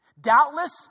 Doubtless